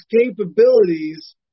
capabilities